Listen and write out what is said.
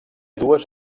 dues